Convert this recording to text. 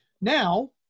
now